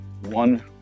one